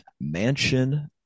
Mansion